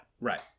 Right